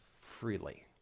freely